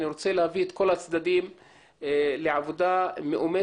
אני רוצה להביא את כל הצדדים לעבודה מאומצת,